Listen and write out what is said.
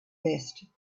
best